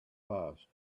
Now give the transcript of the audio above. passed